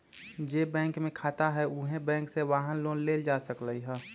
जे बैंक में खाता हए उहे बैंक से वाहन लोन लेल जा सकलई ह